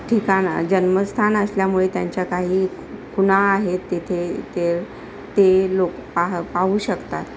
ठिकाण जन्मस्थान असल्यामुळे त्यांच्या काही कुणा आहेत तेथे ते ते लोक पाह पाहू शकतात